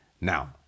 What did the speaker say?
now